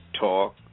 Talk